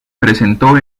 presentó